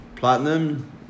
Platinum